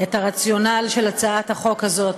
את הרציונל של הצעת החוק הזאת.